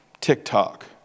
TikTok